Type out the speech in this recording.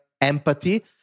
empathy